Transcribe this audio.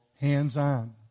hands-on